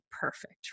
perfect